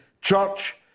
church